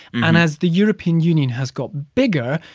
and as the european union has got bigger,